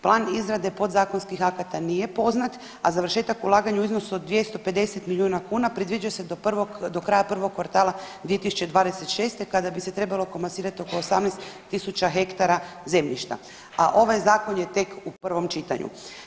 Plan izrade podzakonskih akata nije poznat, a završetak ulaganja u iznosu od 250 milijuna kuna predviđa se do kraja prvog kvartala 2026. kada bi se trebalo komasirati oko 18000 ha zemljišta, a ovaj zakon je tek u prvom čitanju.